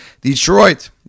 Detroit